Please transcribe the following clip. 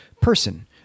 person